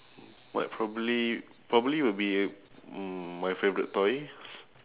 what probably probably would be mm my favourite toy